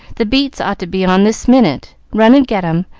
the beets ought to be on this minute. run and get em,